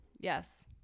Yes